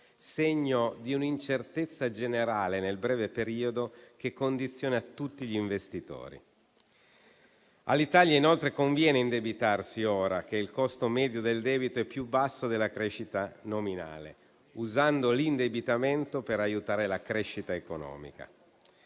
segno di un'incertezza generale nel breve periodo che condiziona tutti gli investitori. All'Italia, inoltre, conviene indebitarsi ora che il costo medio del debito è più basso della crescita nominale, usando l'indebitamento per aiutare la crescita economica.